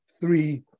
three